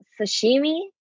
sashimi